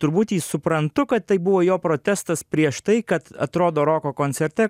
turbūt jį suprantu kad tai buvo jo protestas prieš tai kad atrodo roko koncerte